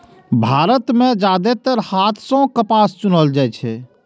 भारत मे जादेतर हाथे सं कपास चुनल जाइ छै